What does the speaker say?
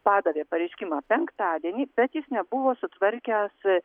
padavė pareiškimą penktadienį bet jis nebuvo sustvarkęs